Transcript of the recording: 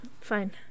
Fine